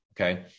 okay